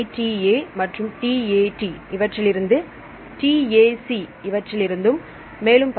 ATA மற்றும் TAT இவற்றில் இருந்து TAC இவற்றில் இருந்தும் மேலும் பல